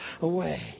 away